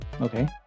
Okay